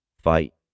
fight